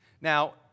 Now